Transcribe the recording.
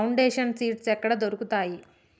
Foundation seeds ఎక్కడ దొరుకుతాయి?